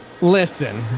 listen